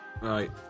Right